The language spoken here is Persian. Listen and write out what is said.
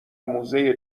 موزه